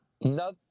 no